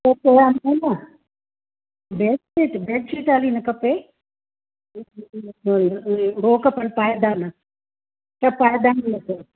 उहो पोइ आहे न बेडशीट बेडशीट हाली न खपे हो खपनि पाइदानि सिर्फ़ पाइदानि ई अथव